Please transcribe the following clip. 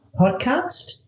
podcast